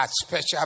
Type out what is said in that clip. special